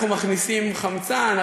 אנחנו מכניסים חמצן,